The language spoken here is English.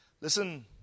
listen